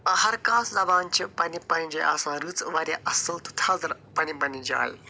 ہر کانٛہہ زبان چھِ پنٕنہِ پنٕنہِ جایہِ آسان رٕژ واریاہ اَصٕل تہِ تھزرٕ پنٕنہِ پنٕنہِ جایہِ